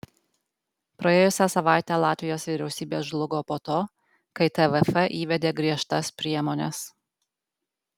praėjusią savaitę latvijos vyriausybė žlugo po to kai tvf įvedė griežtas priemones